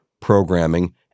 programming